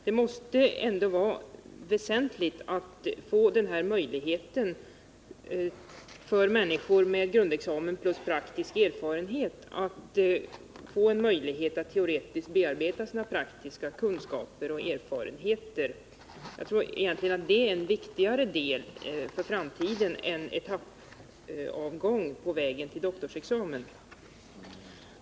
Det måste vara väsentligt för människor med grundexamen plus praktisk erfarenhet att få denna möjlighet att teoretiskt bearbeta sina praktiska kunskaper. Jag tror att det är en viktigare del för framtiden än etappavgång på vägen till doktorsexamen.